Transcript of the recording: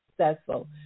successful